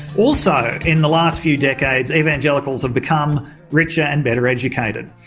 also in the last few decades, evangelicals have become richer and better educated.